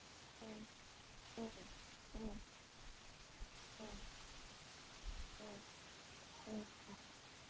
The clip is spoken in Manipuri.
ꯑꯥ ꯑꯥ ꯑꯥ ꯑꯥ ꯑꯥ ꯑꯥ